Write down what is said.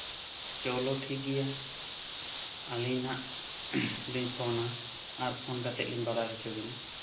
ᱪᱚᱞᱚ ᱴᱷᱤᱠ ᱜᱮᱭᱟ ᱟᱹᱞᱤᱧ ᱱᱟᱦᱟᱸᱜ ᱞᱤᱧ ᱯᱷᱳᱱᱟ ᱟᱨ ᱯᱷᱳᱱ ᱠᱟᱛᱮᱫ ᱞᱤᱧ ᱵᱟᱰᱟᱭ ᱦᱚᱪᱚ ᱵᱤᱱᱟ